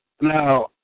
Now